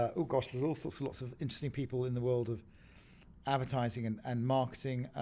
ah oh gosh, there's all sorts of interesting people in the world of advertising and and marketing.